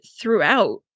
throughout